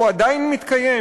והוא עדיין מתקיים,